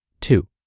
Two